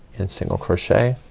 and single crochet